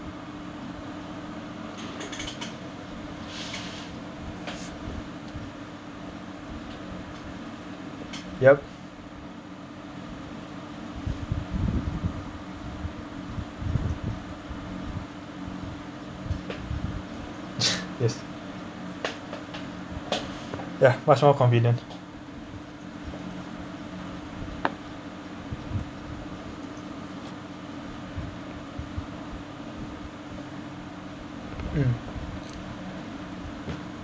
yup yes ya much more convenient mm